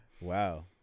Wow